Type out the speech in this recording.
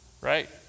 right